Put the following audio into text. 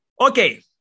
Okay